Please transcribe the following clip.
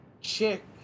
chick